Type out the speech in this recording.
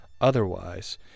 Otherwise